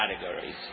categories